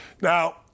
Now